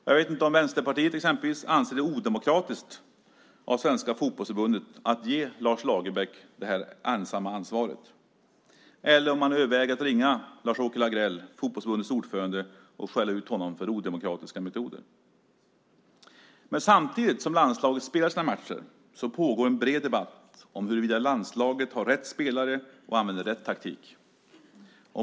Jag vet inte om Vänsterpartiet exempelvis anser att det är odemokratiskt av Svenska Fotbollförbundet att ge Lars Lagerbäck det här ensamma ansvaret eller om man överväger att ringa Lars-Åke Lagrell, Fotbollförbundets ordförande, och skälla ut honom för odemokratiska metoder. Samtidigt som landslaget spelar sina matcher pågår en bred debatt om landslaget har rätt spelare och använder rätt taktik.